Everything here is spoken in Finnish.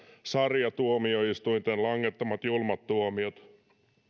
sariatuomioistuinten langettamat julmat tuomiot